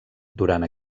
durant